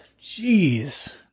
Jeez